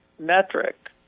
metric